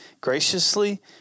graciously